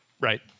Right